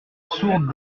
sourde